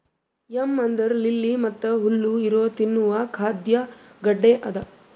M ಅಂದುರ್ lily ಮತ್ತ ಹುಲ್ಲು ಇರೊ ತಿನ್ನುವ ಖಾದ್ಯ ಗಡ್ಡೆ ಅದಾ